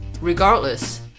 Regardless